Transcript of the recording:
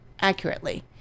accurately